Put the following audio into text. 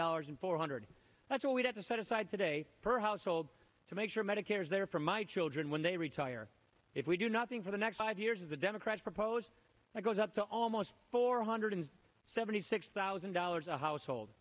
dollars and four hundred that's what we have to set aside today per household to make sure medicare is there for my children when they retire if we do nothing for the next five years the democrats propose goes up to almost four hundred seventy six thousand dollars a household